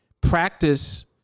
Practice